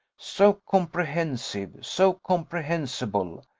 so comprehensive, so comprehensible,